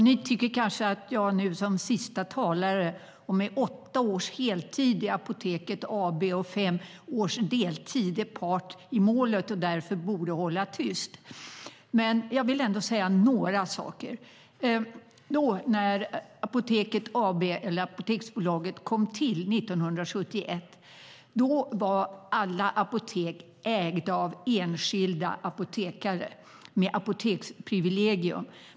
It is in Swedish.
Ni tycker kanske att jag nu, som sista talare och med åtta års heltid och fem års deltid i Apoteket AB, är part i målet och därför borde hålla tyst, men jag vill ändå säga några saker. När Apoteket AB eller Apoteksbolaget kom till 1971 ägdes alla apotek av enskilda apotekare med apoteksprivilegium.